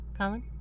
Colin